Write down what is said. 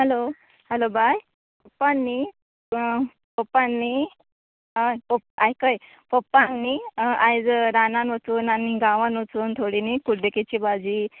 hello hello bye पप्पान न्ही पप्पान न्ही हय आयकय पप्पान न्ही आयज रानांत वचून आनी गांवांत वचून थोडी न्ही कुड्डुकेची भाजी